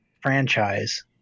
franchise